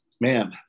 man